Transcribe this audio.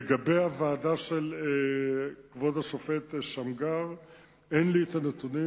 לגבי הוועדה של כבוד השופט שמגר, אין לי נתונים.